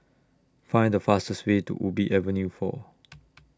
Find The fastest Way to Ubi Avenue four